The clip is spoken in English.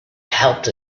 helped